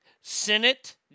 Senate